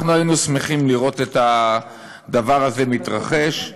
אנחנו היינו שמחים לראות את הדבר הזה מתרחש,